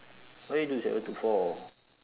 why you do seven to four